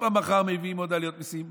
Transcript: מחר מביאים עוד פעם עוד עליות מיסים,